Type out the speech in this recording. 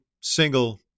single